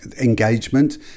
engagement